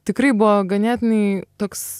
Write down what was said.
tikrai buvo ganėtinai toks